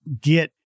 get